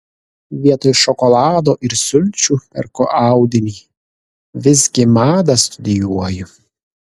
vietoj šokolado ir sulčių perku audinį visgi madą studijuoju